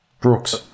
Brooks